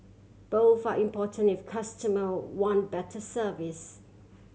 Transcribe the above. both are important if customer want better service